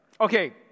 Okay